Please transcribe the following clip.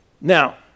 Now